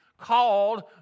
called